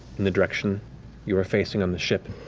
in the direction you are facing on the ship.